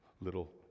little